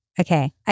Okay